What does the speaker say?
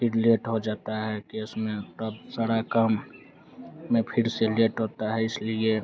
फिर लेट हो जाता है केस में तब सारा काम में फिर से लेट होता है इसलिए